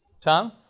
Tom